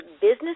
business